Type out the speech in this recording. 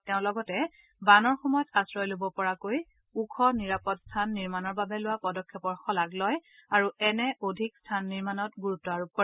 তেওঁ লগতে বানৰ সময়ত আশ্ৰয় লব পৰাকৈ ওখ নিৰাপদ স্থান নিৰ্মাণৰ বাবে লোৱা পদক্ষেপৰ শলাগ লয় আৰু এনে অধিক স্থান নিৰ্মাণত গুৰুত্ব আৰোপ কৰে